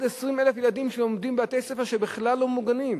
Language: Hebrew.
עוד 20,000 ילדים לומדים בבתי-ספר שבכלל לא ממוגנים.